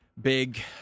Big